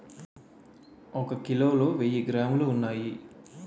ఒక కిలోలో వెయ్యి గ్రాములు ఉన్నాయి